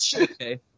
Okay